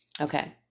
Okay